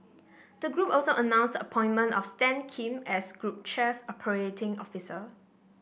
the group also announced the appointment of Stan Kim as group chief operating officer